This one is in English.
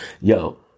yo